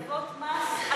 בהטבות מס אדירות,